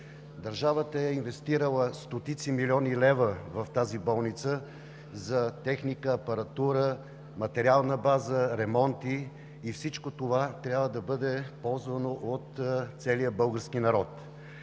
Държавата е инвестирала стотици милиони лева в тази болница за техника, апаратура, материална база, ремонти и всичко това трябва да бъде ползвано от целия български народ.